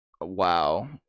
Wow